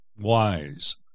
wise